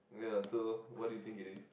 ya so what do you think it is